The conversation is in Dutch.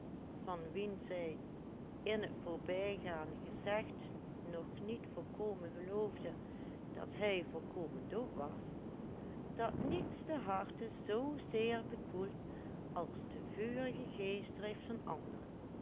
van wien zij in t voorbijgaan gezegd nog niet volkomen geloofde dat hij volkomen dood was dat niets de harten zoo zeer bekoelt als de vurige geestdrift van anderen